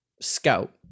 scout